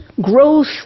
growth